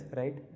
right